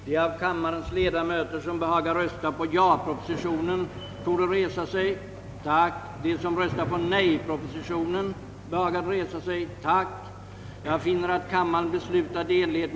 Herr talman! Oroande rapporter om kvicksilverförgiftningar hos fisk fortsätter att komma från olika insjöar. Avsättningen av insjöfisk har under inverkan av sådana uppgifter försvårats.